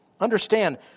Understand